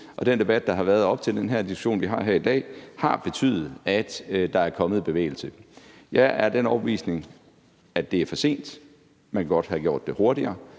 at den debat, der har været op til den diskussion, vi har her i dag, har betydet, at der er kommet bevægelse. Jeg er af den overbevisning, at det er kommet for sent. Man kunne godt have gjort det hurtigere,